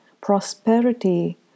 prosperity